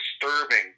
disturbing